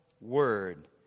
word